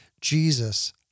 Jesus